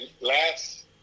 last